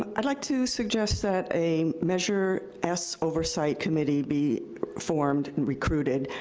um i'd like to suggest that a measure s oversight committee be formed and recruited,